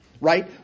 Right